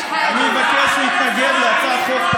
ברגע שזה מובא בהצעת חוק ממשלתית,